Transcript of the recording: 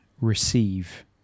receive